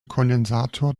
kondensator